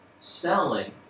selling